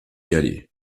calais